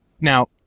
Now